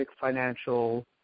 financial